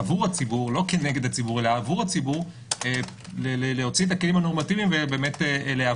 עבור הציבור לא כנגדו - להוציא את הכלים הנורמטיביים ולהיאבק